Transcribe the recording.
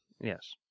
Yes